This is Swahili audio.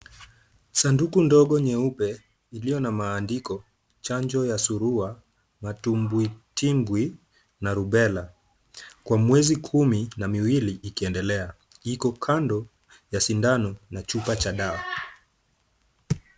Sanduku ndogo nyeupe ilio na maandiko. chango ya surua matumbwi timbwi na rubella. Kwa miezi Kumi na miwili ikiiendelea iko kando ya sindano ya chuma Cha dawa.